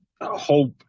hope